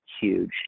huge